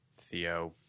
Theo